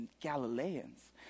Galileans